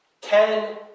ten